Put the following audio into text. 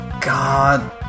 God